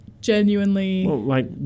genuinely